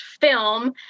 film